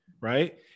right